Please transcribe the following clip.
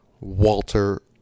Walter